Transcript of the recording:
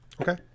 okay